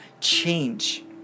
change